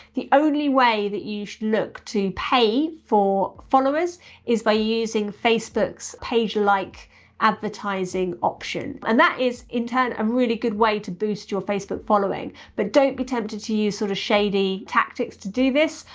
the only way that you should look to pay for followers is by using facebook's page like advertising option, and that is in turn a um really good way to boost your facebook following. but don't be tempted to use sort of shady tactics to do this,